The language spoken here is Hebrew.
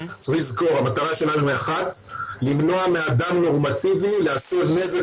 המטרה שלנו היא למנוע מאדם נורמטיבי להסב נזק